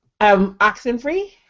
Oxenfree